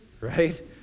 right